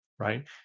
right